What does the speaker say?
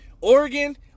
Oregon